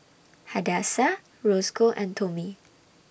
Hadassah Roscoe and Tomie